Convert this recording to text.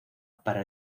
para